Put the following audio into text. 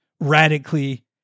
radically